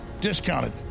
discounted